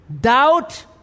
doubt